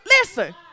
Listen